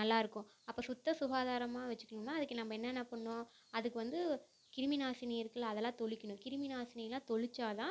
நல்லா இருக்கும் அப்போ சுத்தம் சுகாதாரமாக வெச்சுக்கணுன்னா அதுக்கு நம்ம என்னென்ன பண்ணும் அதுக்கு வந்து கிருமி நாசினி இருக்குதுல அதெல்லாம் தெளிக்கிணும் கிருமி நாசினிலாம் தெளிச்சா தான்